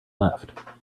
left